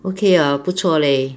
okay ah 不错 leh